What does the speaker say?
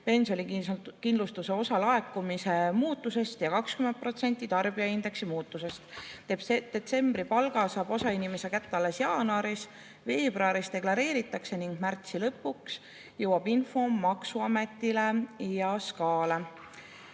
pensionikindlustuse osa laekumise muutusest ja 20% tarbija[hinna]indeksi muutusest. Detsembri palga saab osa inimesi kätte alles jaanuaris, veebruaris deklareeritakse ning märtsi lõpuks jõuab info maksuametisse ja SKA-sse.